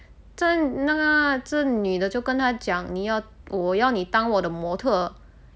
真那这女的就跟他讲你要我要你当我的模特